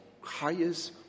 highest